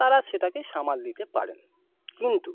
তারা সেটাকে সামাল দিতে পারেন কিন্তু